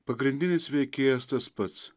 pagrindinis veikėjas tas pats